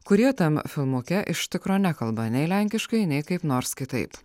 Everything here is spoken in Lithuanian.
kurie tam filmuke iš tikro nekalba nei lenkiškai nei kaip nors kitaip